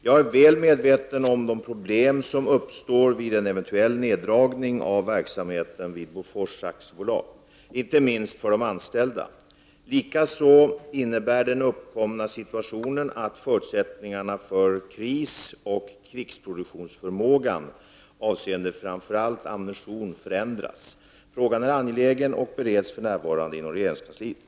Jag är väl medveten om de problem som uppstår vid en eventuell neddragning av verksamheten vid Bofors AB, inte minst för de anställda. Likaså innebär den uppkomna situationen att förutsättningarna för krisoch krigsproduktionsförmågan avseende framför allt ammunition förändras. Frågan är angelägen och bereds för närvarande inom regeringskansliet.